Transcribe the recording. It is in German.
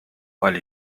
weil